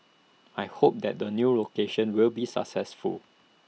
I hope that the new location will be successful